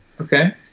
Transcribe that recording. Okay